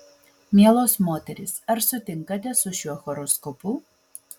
mielos moterys ar sutinkate su šiuo horoskopu